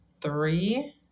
three